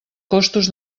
costos